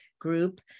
group